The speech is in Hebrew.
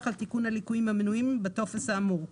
על תיקון הליקויים המנויים בטופס האמור.